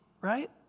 right